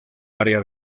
área